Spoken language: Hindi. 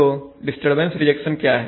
तो डिस्टरबेंस रिएक्शन क्या है